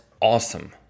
Awesome